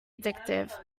addictive